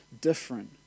different